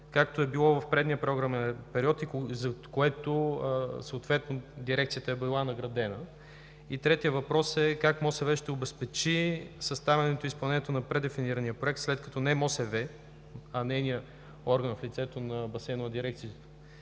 както е било в предния програмен период и за което Дирекцията е била наградена? И третият въпрос е: как МОСВ ще обезпечи съставянето и изпълнението на предефинирания проект, след като не МОСВ, а нейният орган в лицето на Басейнова дирекция